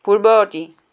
পূৰ্ৱৱৰ্তী